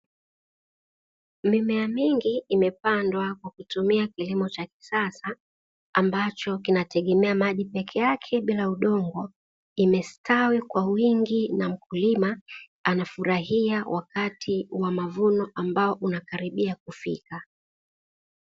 Mimea mingi imepandwa kwa kutumia kilimo cha kisasa ambacho kinategemea maji pekeake bila udongo, imestawi kwa wingi na mkulima anafurahia wakati wa mavuno ambao unakaribia kufika.